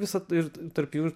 visad ir tarp jų